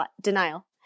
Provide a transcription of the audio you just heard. denial